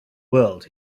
world